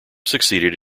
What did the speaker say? succeeded